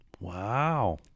Wow